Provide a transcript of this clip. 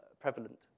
prevalent